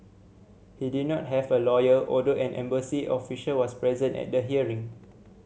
he did not have a lawyer although an embassy official was present at the hearing